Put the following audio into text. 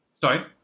Sorry